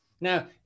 Now